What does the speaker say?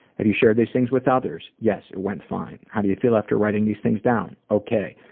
have you shared these things with others? yes, it went fine. how do you feel after writing these things down? ok.